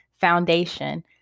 foundation